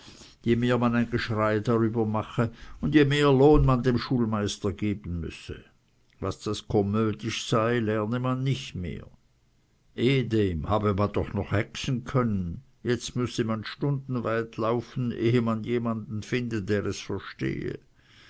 je mehr man ein geschrei darüber mache und je mehr lohn man dem schulmeister geben müsse was das komödisch sei lerne man nicht mehr ehedem habe man doch noch hexen können jetzt müsse man stundenweit laufen ehe man jemand finde der es verstehe